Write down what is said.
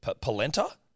polenta